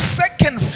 second